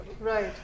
Right